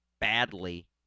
badly